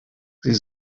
sie